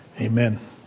Amen